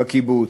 בקיבוץ,